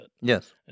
Yes